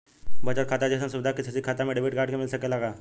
बचत खाता जइसन सुविधा के.सी.सी खाता में डेबिट कार्ड के मिल सकेला का?